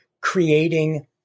creating